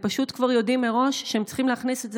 הם פשוט כבר יודעים מראש שהם צריכים להכניס את זה